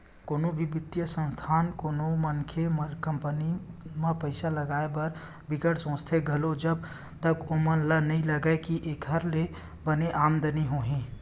कोनो भी बित्तीय संस्था कोनो मनखे के कंपनी म पइसा लगाए बर बिकट सोचथे घलो जब तक ओमन ल नइ लगही के एखर ले बने आमदानी होही